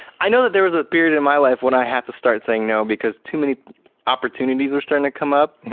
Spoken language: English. i know that there was a period in my life when i have to start saying no because too many opportunities are starting to come up.